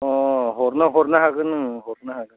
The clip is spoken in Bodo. अ हरनो हरनो हागोन ओं हरनो हागोन